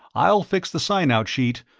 i'll fix the sign-out sheet,